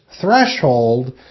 threshold